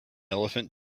elephant